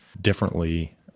differently